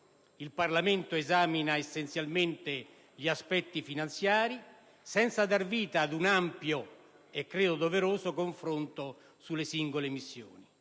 Il Parlamento esamina essenzialmente gli aspetti finanziari senza dar vita ad un ampio e credo doveroso confronto sulle singole missioni.